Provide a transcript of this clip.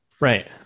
Right